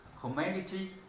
humanity